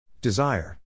Desire